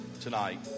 tonight